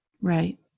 Right